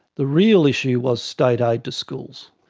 the real issue was state aid to schools.